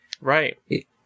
Right